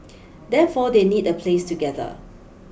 therefore they need a place to gather